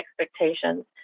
expectations